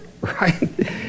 right